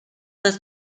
das